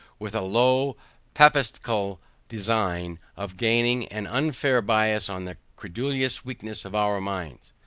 with a low papistical design of gaining an unfair bias on the credulous weakness of our minds.